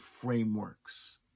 frameworks